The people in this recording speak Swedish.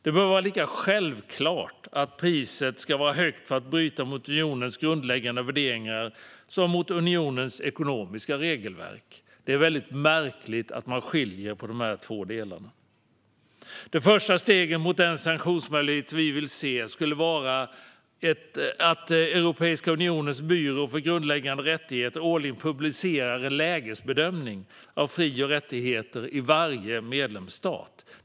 Det bör vara lika självklart att priset ska vara högt för att bryta mot unionens grundläggande värderingar som att bryta mot unionens ekonomiska regelverk. Det är mycket märkligt att man skiljer på dessa två delar. Det första steget mot den sanktionsmöjlighet som vi vill se skulle vara att Europeiska unionens byrå för grundläggande rättigheter årligen publicerar en lägesbedömning av fri och rättigheter i varje medlemsstat.